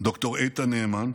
ד"ר איתן נאמן,